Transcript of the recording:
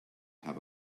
have